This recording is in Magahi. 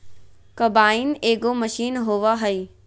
कंबाइन एगो मशीन होबा हइ